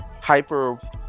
hyper